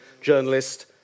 journalist